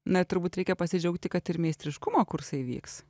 na turbūt reikia pasidžiaugti kad ir meistriškumo kursai vyks